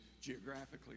geographically